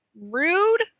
rude